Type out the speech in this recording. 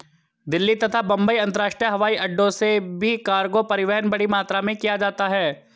दिल्ली तथा मुंबई अंतरराष्ट्रीय हवाईअड्डो से भी कार्गो परिवहन बड़ी मात्रा में किया जाता है